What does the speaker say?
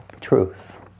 Truth